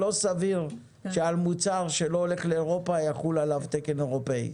אבל לא סביר שעל מוצר שלא הולך לאירופה יחול תקן אירופי.